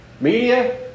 Media